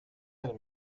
del